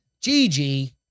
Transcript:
Gigi